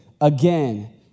again